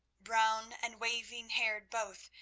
brown and waving-haired both,